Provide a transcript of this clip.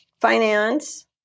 finance